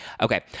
Okay